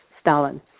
Stalin